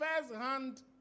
first-hand